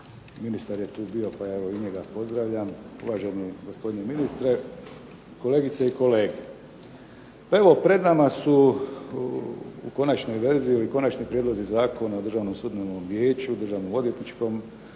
ministar je tu bio pa evo i njega pozdravljam, uvaženi gospodine ministre, kolegice i kolege. Pa evo pred nam su u konačnoj verziji ili Konačni prijedlozi Zakona o Državnom sudbenom vijeću, Državno odvjetničkom